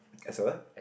as a what